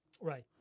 Right